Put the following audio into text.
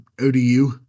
ODU